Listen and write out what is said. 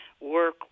work